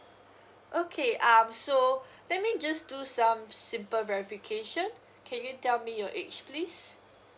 okay um so let me just do some simple verification can you tell me your age please